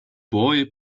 boy